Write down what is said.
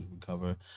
recover